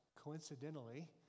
coincidentally